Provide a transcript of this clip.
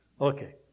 Okay